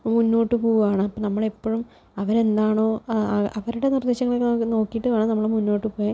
മുന്നോട്ട് പോകുവാണ് നമ്മൾ എപ്പോഴും അവരെന്താണോ അവരുടെ നിർദ്ദേശങ്ങളൊക്കെ നമുക്ക് നോക്കീട്ട് വേണം നമ്മൾ മുന്നോട്ട് പോകാൻ